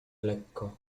lekko